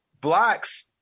Blacks